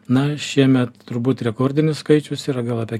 na šiemet turbūt rekordinis skaičius yra gal apie